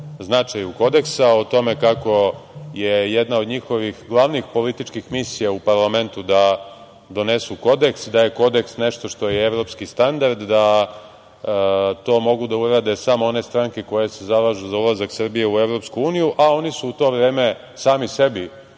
značaju kodeksa, o tome kako je jedna od njihovih glavnih političkih misija u parlamentu da donesu kodeks, da je kodeks nešto što je evropski standard, da to mogu da urade samo one stranke koje se zalažu za ulazak Srbije u EU, a oni su u to vreme sami sebi,